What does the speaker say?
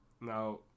now